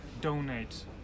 donate